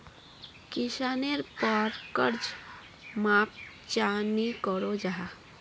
किसानेर पोर कर्ज माप चाँ नी करो जाहा?